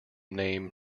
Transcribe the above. name